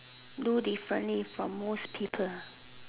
do different from most people